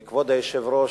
כבוד היושב-ראש,